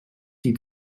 die